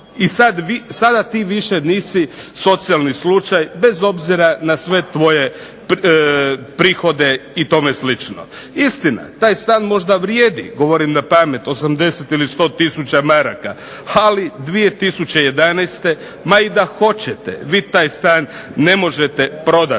i sada ti više nisi socijalni slučaj bez obzira na sve tvoje prihode i tome slično. Istina taj stan možda vrijedi, govorim napamet 80 ili 100 tisuća maraka, ali 2011. ma i da hoćete vi taj stan ne možete prodati.